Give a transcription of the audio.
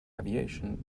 aviation